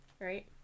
Right